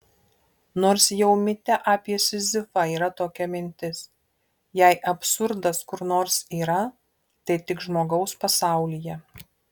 nors jau mite apie sizifą yra tokia mintis jei absurdas kur nors yra tai tik žmogaus pasaulyje